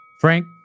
Frank